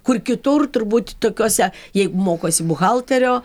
kur kitur turbūt tokiose jeigu mokosi buhalterio